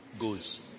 goes